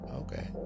Okay